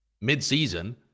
mid-season